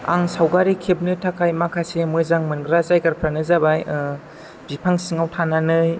आं सावगारि खेबनो थाखाय माखासे मोजां मोनग्रा जायगाफ्रानो जाबाय बिफां सिङाव थानानै